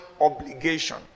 obligation